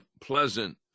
pleasant